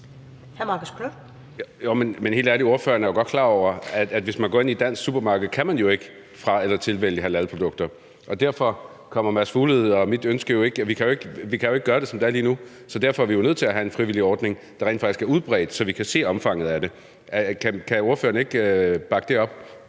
helt ærligt: Ordføreren er jo godt klar over, at hvis man går ind i et dansk supermarked, kan man ikke fra- eller tilvælge halalprodukter. Vi kan jo ikke gøre det, som det er lige nu, så derfor er vi nødt til at have en frivillig ordning, der rent faktisk er udbredt, så vi kan se omfanget af det. Kan ordføreren ikke bakke det op?